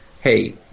hey